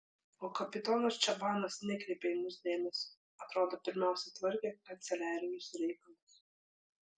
o kapitonas čabanas nekreipė į mus dėmesio atrodo pirmiausia tvarkė kanceliarinius reikalus